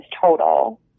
total